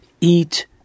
eat